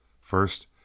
First